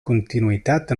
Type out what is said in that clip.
continuïtat